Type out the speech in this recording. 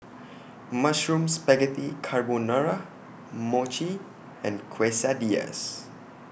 Mushroom Spaghetti Carbonara Mochi and Quesadillas